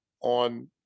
on